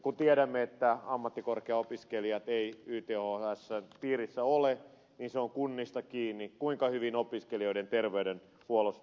kun tiedämme että ammattikorkeaopiskelijat eivät ythsn piirissä ole niin se on kunnista kiinni kuinka hyvin opiskelijoiden terveydenhuollosta pidetään huolta